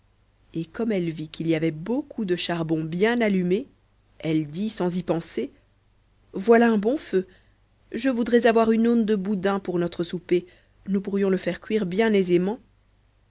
et comme elle vit qu'il y avait beaucoup de charbons bien allumés elle dit sans y penser voilà un bon feu je voudrais avoir une aune de boudin pour notre souper nous pourrions le faire cuire bien aisément